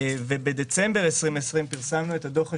בדצמבר 2020 פרסמנו את הדוח השני,